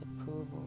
approval